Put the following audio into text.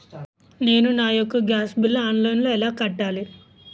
నేను నా యెక్క గ్యాస్ బిల్లు ఆన్లైన్లో ఎలా కట్టాలి?